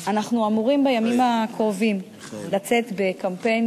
אנחנו אמורים בימים הקרובים לצאת בקמפיין